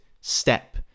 step